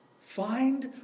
Find